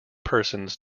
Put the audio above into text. persons